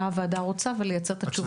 הוועדה רוצה ולייצר את התשובות תוך כדי.